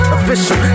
Official